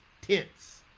tents